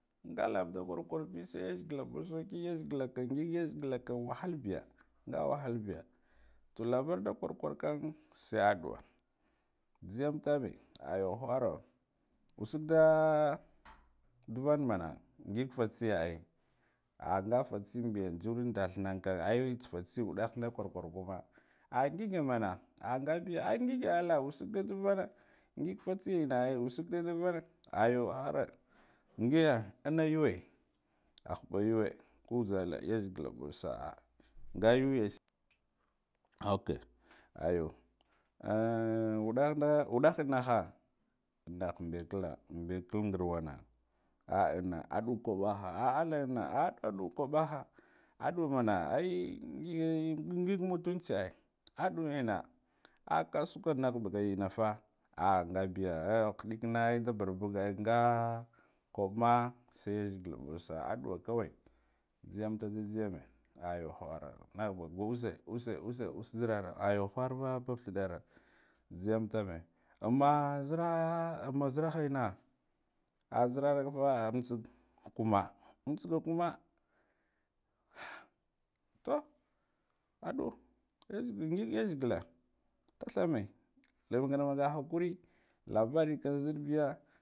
Nga lav da kwarkwarbi sai yizgila mɓa sauki yazgila kan ngig yazgila kan wahai biya nga wahal biya to labar da kwarkwarkam sa aduwa jhigem tame ago wharo usig da duwan mona ngig fatsiya ai ak nga fatsinbiy juran ndathanukam fatsi uɗan da a warkwa kuma a ngig mana ah ngig allah usig da vona ngig fatsi ina ai usig da van a ayo wharo ngiya an na yuwe a ba ɓu yuwe ujhale yazgila mɗo sa'a nga ya yas akay ayo ahh uɗahda uɗah naha nah mɓekila mɗekil ngirwana ah ina aɗo koɓaja allah ina a ɗu koɓaha aɗuma ai nga ngig mutunchi ai aɗu koɓaha aɗuma ai nga ngig mutunchi ai aɗu ina a kasuka naghbuga anafa ah ngabiya ah khiɗina da barbuga nga koɓ ma se yizgila mɓos a'a kawai jhiyem da da jhgeme ayo whara naba use, use, use us zirara ago who roba babthidara jhigem tame umma zira umma zirah ena ah zirara fa ah umtssa kuma umtsiga kuma ha ah ta aɗu yazgil ngig yazgila tathme lablana mara hakuri labari kam ziɗ biya.